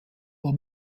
war